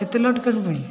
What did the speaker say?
ଏତେ ଲେଟ୍ କ'ଣ ପାଇଁ